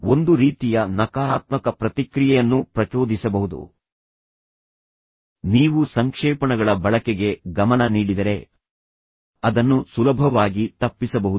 ಒಂದು ರೀತಿಯ ನಕಾರಾತ್ಮಕ ಪ್ರತಿಕ್ರಿಯೆಯನ್ನು ಪ್ರಚೋದಿಸಬಹುದು ನೀವು ಸಂಕ್ಷೇಪಣಗಳ ಬಳಕೆಗೆ ಗಮನ ನೀಡಿದರೆ ಅದನ್ನು ಸುಲಭವಾಗಿ ತಪ್ಪಿಸಬಹುದು